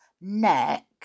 neck